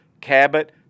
Cabot